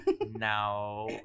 now